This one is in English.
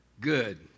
good